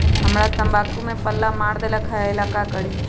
हमरा तंबाकू में पल्ला मार देलक ये ला का करी?